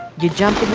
you jump in the